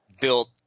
built